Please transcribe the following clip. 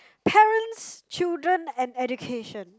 parents children and education